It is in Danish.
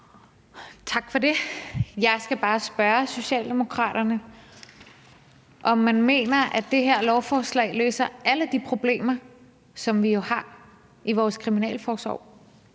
Tak for det. Jeg skal bare spørge Socialdemokraterne, om man mener, at det her lovforslag løser alle de problemer, som vi jo har i vores kriminalforsorg.